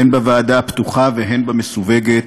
הן בוועדה הפתוחה והן במסווגת.